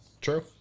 true